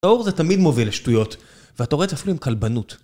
האור זה תמיד מוביל לשטויות, ואתה רואה את זה אפילו עם כלבנות.